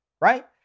right